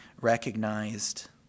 recognized